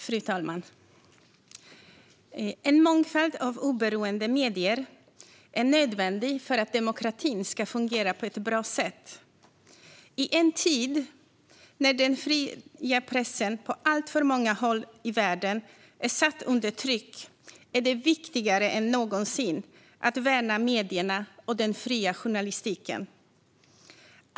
Fru talman! En mångfald av oberoende medier är nödvändig för att demokratin ska fungera på ett bra sätt. I en tid när den fria pressen på alltför många håll i världen är satt under tryck är det viktigare än någonsin att värna medierna och den fria journalistiken.